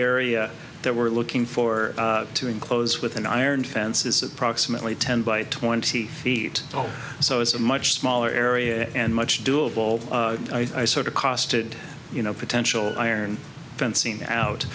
area that we're looking for to enclose with an iron fence is approximately ten by twenty feet so it's a much smaller area and much doable i sort of costed you know potential iron fencing out